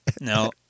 no